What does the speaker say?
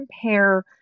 compare